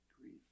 grief